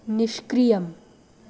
निष्क्रियम्